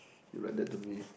you like that to me